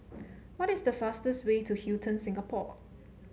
what is the fastest way to Hilton Singapore